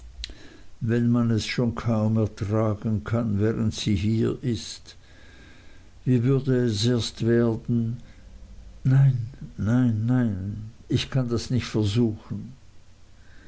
wenn man es schon kaum ertragen kann während sie hier ist wie würde es erst werden nein nein nein ich kann das nicht versuchen